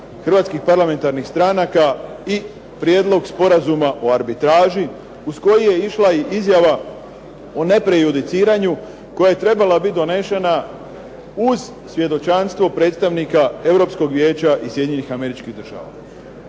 hrvatskih parlamentarnih stranaka i Prijedlog Sporazuma o arbitraži, uz koji je išla i izjava o neprejudiciranju, koja je trebala biti donešena uz svjedočanstvo predstavnika Europskog Vijeća i Sjedinjenih Američkih Država.